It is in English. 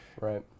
right